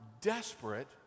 desperate